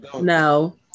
no